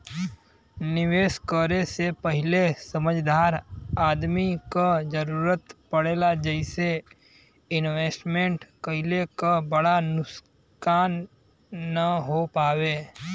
निवेश करे से पहिले समझदार आदमी क जरुरत पड़ेला जइसे इन्वेस्टमेंट कइले क बड़ा नुकसान न हो पावे